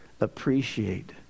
Appreciate